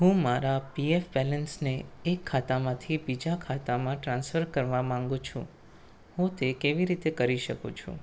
હું મારા પીએફ બેલેન્સને એક ખાતામાંથી બીજા ખાતામાં ટ્રાન્સફર કરવા માગુ છું હું તે કેવી રીતે કરી શકું છું